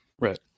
Right